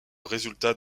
résultat